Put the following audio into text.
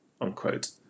unquote